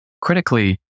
critically